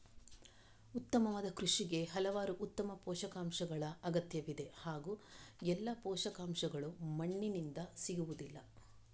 ಉತ್ತಮವಾದ ಕೃಷಿಗೆ ಹಲವಾರು ಉತ್ತಮ ಪೋಷಕಾಂಶಗಳ ಅಗತ್ಯವಿದೆ ಹಾಗೂ ಎಲ್ಲಾ ಪೋಷಕಾಂಶಗಳು ಮಣ್ಣಿನಿಂದ ಸಿಗುವುದಿಲ್ಲ